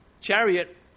chariot